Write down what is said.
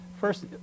First